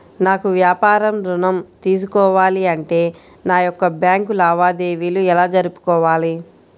నాకు వ్యాపారం ఋణం తీసుకోవాలి అంటే నా యొక్క బ్యాంకు లావాదేవీలు ఎలా జరుపుకోవాలి?